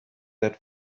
that